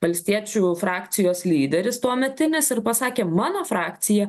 valstiečių frakcijos lyderis tuometinis ir pasakė mano frakcija